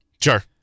Sure